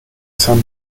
san